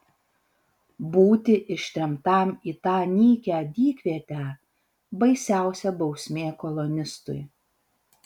būti ištremtam į tą nykią dykvietę baisiausia bausmė kolonistui